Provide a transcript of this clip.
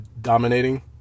dominating